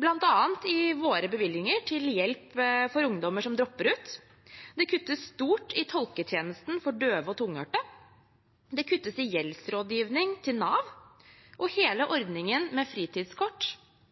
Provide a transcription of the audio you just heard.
bl.a. i våre bevilgninger til hjelp for ungdommer som dropper ut. Det kuttes stort i tolketjenesten for døve og tunghørte. Det kuttes til gjeldsrådgivning i Nav, og hele ordningen med fritidskort